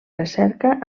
recerca